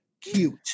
Cute